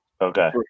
Okay